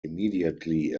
immediately